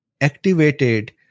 activated